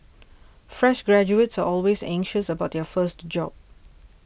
fresh graduates are always anxious about their first job